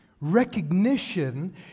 recognition